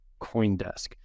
Coindesk